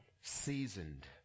seasoned